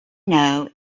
know